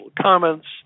comments